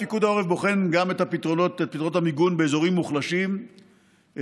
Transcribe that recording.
פיקוד העורף בוחן את פתרונות המיגון באזורים מוחלשים גם